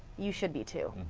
you should be, too.